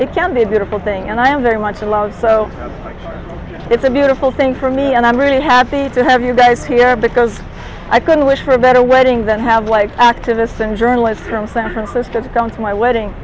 it can be a beautiful thing and i am very much in love so it's a beautiful thing for me and i'm really happy to have you guys here because i couldn't wish for a better wedding that have like activists and journalists from san francisco to come to my wedding